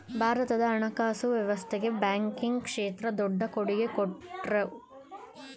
ಭಾರತದ ಹಣಕಾಸು ವ್ಯವಸ್ಥೆಗೆ ಬ್ಯಾಂಕಿಂಗ್ ಕ್ಷೇತ್ರ ದೊಡ್ಡ ಕೊಡುಗೆ ಕೊಟ್ಟವ್ರೆ